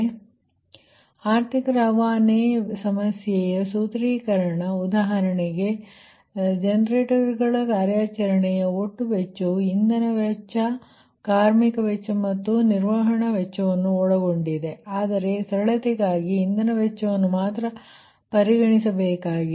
ಆದ್ದರಿಂದ ಆರ್ಥಿಕ ರವಾನೆ ಸಮಸ್ಯೆಯ ಸೂತ್ರೀಕರಣ ಉದಾಹರಣೆಗೆ ಜನರೇಟರ್ಗಳ ಕಾರ್ಯಾಚರಣೆಯ ಒಟ್ಟು ವೆಚ್ಚವು ಇಂಧನ ವೆಚ್ಚ ಕಾರ್ಮಿಕ ವೆಚ್ಚ ಮತ್ತು ನಿರ್ವಹಣಾ ವೆಚ್ಚವನ್ನು ಒಳಗೊಂಡಿದೆ ಆದರೆ ಸರಳತೆಗಾಗಿ ಇಂಧನ ವೆಚ್ಚವನ್ನು ಮಾತ್ರ ಪರಿಗಣಿಸಬೇಕಾಗಿದೆ